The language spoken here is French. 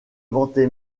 vantait